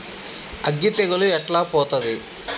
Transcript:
అగ్గి తెగులు ఎట్లా పోతది?